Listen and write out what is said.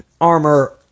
armor